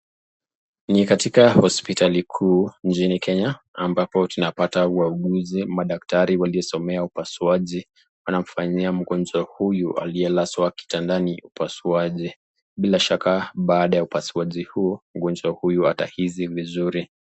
Ni katika hospitali kuu nchini Kenya ambapo tunapata wauguzi, madaktari waliosomea upasuaji wanamfanyia mgonjwa huyu aliyelazwa kitandani upasuaji. Bila shaka bada ya upasuaji huo, mgonjwa huyo atahisi vizuri.